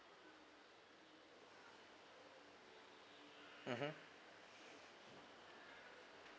mmhmm